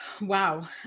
wow